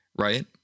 right